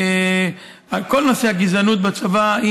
בכל נושא הגזענות בצבא,